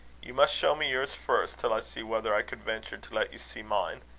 you must show me yours first, till i see whether i could venture to let you see mine.